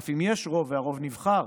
אף אם יש רוב, והרוב נבחר,